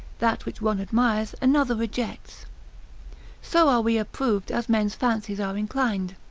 that which one admires another rejects so are we approved as men's fancies are inclined.